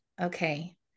Okay